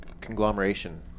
conglomeration